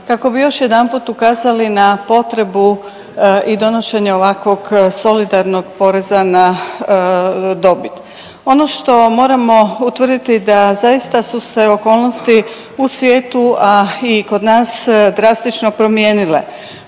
kako bih još jedanput ukazali na potrebu i donošenje ovakvog solidarnog poreza na dobit. Ono što moramo utvrditi da zaista su se okolnosti u svijetu, a i kod nas drastično promijenile.